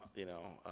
you know?